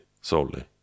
solely